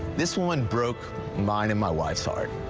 this woman broke mine and my wife's heart.